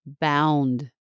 bound